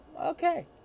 Okay